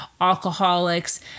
alcoholics